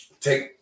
take